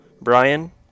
Brian